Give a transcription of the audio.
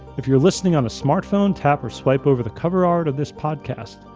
if you're listening on a smartphone, tap or swipe over the cover art of this podcast,